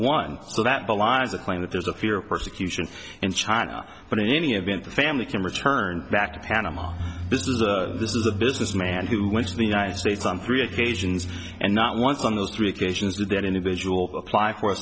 one so that belies the claim that there's a fear of persecution and china but in any event the family can return back to panama business this is a businessman who went to the united states on three occasions and not once on those three occasions with that individual apply for a